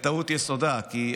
יסודה בטעות.